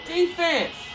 Defense